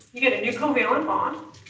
you get a new covalent bond,